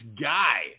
guy